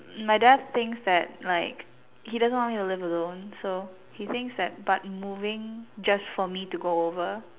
my dad thinks that like he doesn't want me to live alone so he thinks that but moving just for me to go over